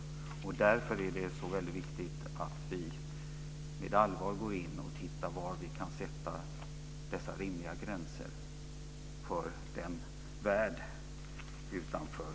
Därför är det viktigt att vi med allvar tittar på var vi kan sätta dessa rimliga gränser mot världen utanför.